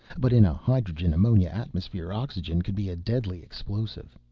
but in a hydrogen ammonia atmosphere, oxygen could be a deadly explosive.